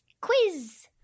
quiz